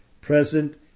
present